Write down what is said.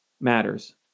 matters